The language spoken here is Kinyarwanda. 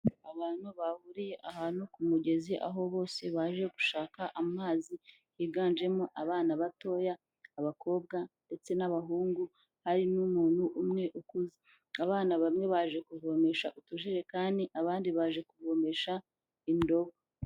Abantu bahuriye ahantu ku mugezi aho bose baje gushaka amazi biganjemo abana batoya, abakobwa ndetse n'abahungu, hari n'umuntu umwe ukuze. Abana bamwe baje kuvomesha utujerekani abandi baje kuvomesha indobo.